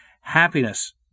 Happiness